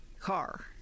car